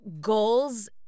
Goals